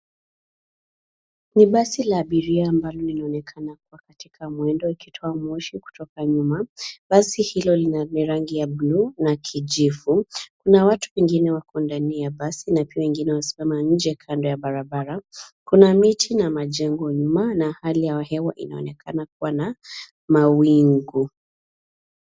Ni basi la abiria ambalo linaonekana kuwa katika mwendo ikitoa moshi kutoka nyuma. Basi hilo lina rangi ya bluu na kijivu, kuna watu wengine wako ndani ya basi na pia wengine wamesimama nje kando ya barabara. Kuna miti na majengo nyuma na hali ya hewa inaonekana kuwa na mawingu.